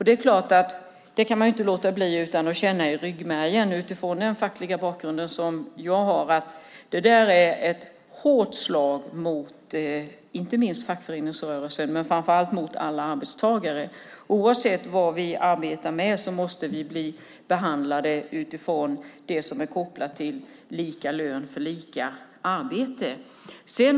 Det är klart att jag med den fackliga bakgrund jag har känner i ryggmärgen att det där är ett hårt slag mot inte minst fackföreningsrörelsen men framför allt alla arbetstagare. Oavsett vad vi arbetar med måste vi få lika lön för lika arbete.